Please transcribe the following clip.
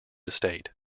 estate